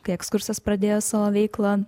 kai ekskursas pradėjo savo veiklą